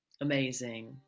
Amazing